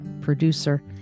producer